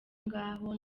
ngaho